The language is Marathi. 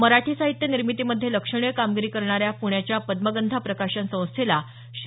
मराठी साहित्य निर्मितीमध्ये लक्षणीय कामगिरी करणाऱ्या पुण्याच्या पद्मगंधा प्रकाशन संस्थेला श्री